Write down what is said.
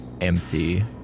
empty